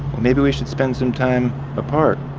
maybe we should spend some time apart.